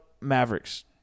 Mavericks